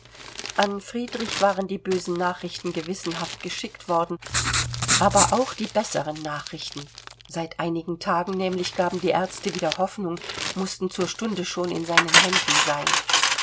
an friedrich waren die bösen nachrichten gewissenhaft geschickt worden aber auch die besseren nachrichten seit einigen tagen nämlich gaben die ärzte wieder hoffnung mußten zur stunde schon in seinen händen sein